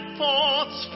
thoughts